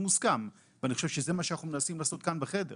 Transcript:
אנחנו לא רוצים שמי שייפגע תהיה אותה אוכלוסיית